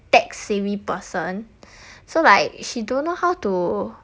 tech~ savvy person so like she don't know how to